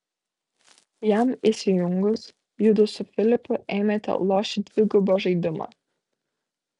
jam įsijungus judu su filipu ėmėte lošti dvigubą žaidimą